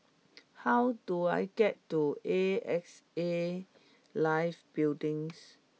how do I get to A X A Life Buildings